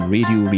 Radio